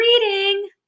reading